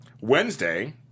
Wednesday